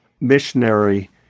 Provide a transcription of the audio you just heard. missionary